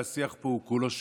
והשיח פה הוא כולו שקר.